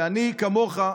ואני כמוך,